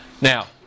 Now